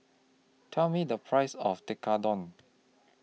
Tell Me The Price of Tekkadon